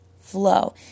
flow